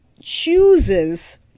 chooses